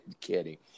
Kidding